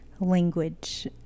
language